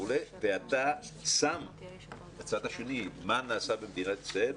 ואנחנו בוחנים מן הצד השני מה נעשה במדינת ישראל.